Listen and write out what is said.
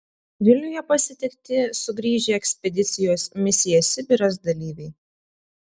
vilniuje pasitikti sugrįžę ekspedicijos misija sibiras dalyviai